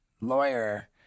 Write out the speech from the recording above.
lawyer